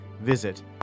Visit